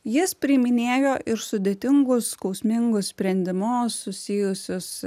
jis priiminėjo ir sudėtingus skausmingus sprendimus susijusius